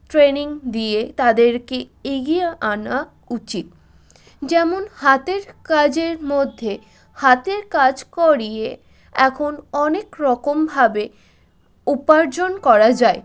training দিয়ে তাদেরকে এগিয়ে আনা উচিত যেমন হাতের কাজের মধ্যে হাতের কাজ করিয়ে এখন অনেক রকমভাবে উপার্জন করা যায়